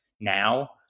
now